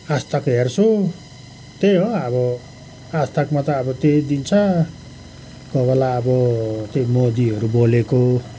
आजतक हेर्छु त्यही हो अब आजतकमा त अब त्यही दिन्छ कोही बेला अब त्यही मोदीहरू बोलेको